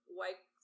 white